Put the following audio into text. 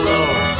Lord